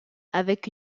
avec